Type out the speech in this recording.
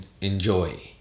enjoy